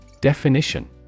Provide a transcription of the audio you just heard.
Definition